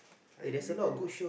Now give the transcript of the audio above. I deleted it ah